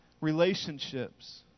relationships